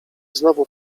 znowu